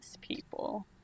people